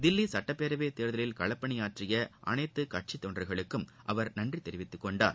தில்லி சட்டப்பேரவைத் தேர்தலில் களப்பணியாற்றிய கட்சித் தொண்டர்கள் அனைவருக்கும் அவர் நன்றி தெரிவித்துக் கொண்டார்